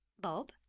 Bob